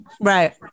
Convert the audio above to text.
Right